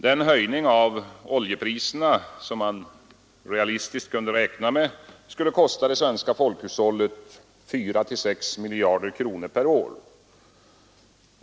Den höjning av oljepriserna som man realistiskt kunde räkna med skulle kosta det svenska folkhushållet 4 å 6 miljarder kronor per år.